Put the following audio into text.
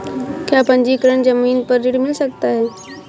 क्या पंजीकरण ज़मीन पर ऋण मिल सकता है?